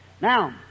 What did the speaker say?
Now